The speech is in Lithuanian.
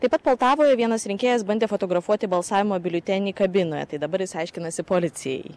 taip pat poltavoje vienas rinkėjas bandė fotografuoti balsavimo biuletenį kabinoje tai dabar jis aiškinasi policijai